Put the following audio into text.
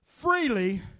Freely